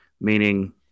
meaning